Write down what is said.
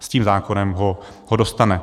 S tím zákonem ho dostane.